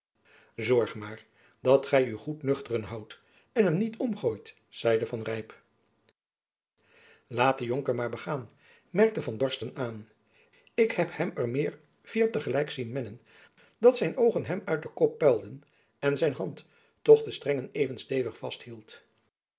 zorg maar dat gy u goed nuchteren houdt en hem niet omgooit zeide van rijp laat den jonker maar begaan merkte van dorsten aan ik heb hem er meer vier tegelijk zien mennen dat zijn oogen hem uit zijn kop puilden en zijn hand toch de strengen even stevig